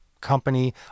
company